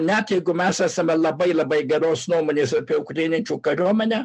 net jeigu mes esame labai labai geros nuomonės apie ukrainiečių kariuomenę